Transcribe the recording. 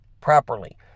properly